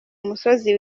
umusozi